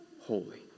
holy